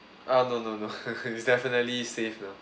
ah no no no it's definitely safe though